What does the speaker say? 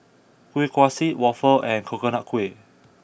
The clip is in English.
Kuih Kaswi Waffle and Coconut Kuih